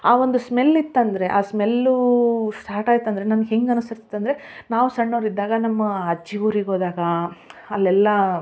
ಆ ಒಂದು ಸ್ಮೆಲ್ ಇತ್ತಂದರೆ ಆ ಸ್ಮೆಲ್ಲೂ ಸ್ಟಾರ್ಟ್ ಆಯ್ತು ಅಂದರೆ ನನ್ಗೆ ಹೇಗ್ ಅನಸ್ತತಿತ್ತು ಅಂದರೆ ನಾವು ಸಣ್ಣೋರಿದ್ದಾಗ ನಮ್ಮ ಅಜ್ಜಿ ಊರಿಗೆ ಹೋದಾಗಾ ಅಲ್ಲೆಲ್ಲಾ